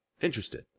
interested